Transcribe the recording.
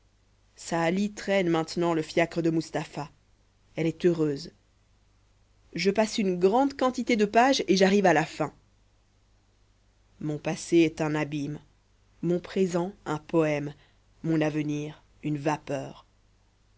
saali traîne maintenant le fiacre de mustapha elle est heureuse je passe une grande quantité de pages et j'arrive à la fin mon passé est un abîme mon présent un poëme mon avenir une vapeur